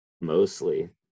Mostly